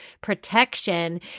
protection